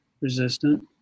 resistant